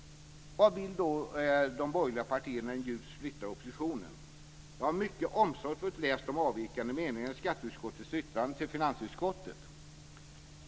Vad vill då de borgerliga partierna i den djupt splittrade oppositionen? Jag har mycket omsorgsfullt läst de avvikande meningarna i skatteutskottets yttrande till finansutskottet.